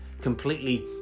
completely